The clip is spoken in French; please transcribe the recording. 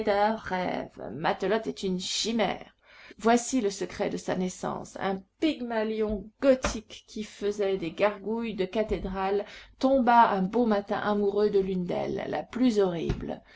matelote est une chimère voici le secret de sa naissance un pygmalion gothique qui faisait des gargouilles de cathédrales tomba un beau matin amoureux de l'une d'elles la plus horrible